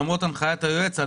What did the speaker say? למרות הנחיית היועץ,